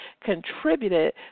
contributed